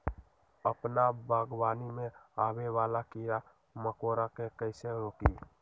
अपना बागवानी में आबे वाला किरा मकोरा के कईसे रोकी?